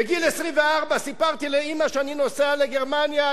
בגיל 24. סיפרתי לאמא שאני נוסע לגרמניה.